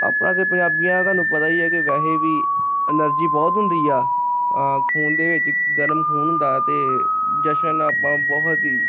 ਆਪਣਾ ਤਾਂ ਪੰਜਾਬੀਆਂ ਦਾ ਤੁਹਾਨੂੰ ਪਤਾ ਹੀ ਈ ਕਿ ਵੈਸੇ ਵੀ ਐਨਰਜੀ ਬਹੁਤ ਹੁੰਦੀ ਆ ਖੂਨ ਦੇ ਵਿੱਚ ਗਰਮ ਖੂਨ ਹੁੰਦਾ ਅਤੇ ਜਸ਼ਨ ਆਪਾਂ ਬਹੁਤ ਹੀ